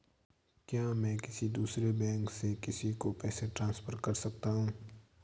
क्या मैं किसी दूसरे बैंक से किसी को पैसे ट्रांसफर कर सकता हूं?